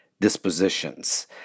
dispositions